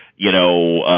you know,